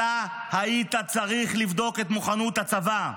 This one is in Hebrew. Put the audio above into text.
אתה היית צריך לבדוק את מוכנות הצבא,